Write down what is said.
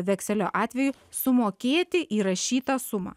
vekselio atveju sumokėti įrašytą sumą